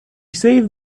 saved